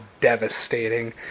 devastating